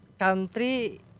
country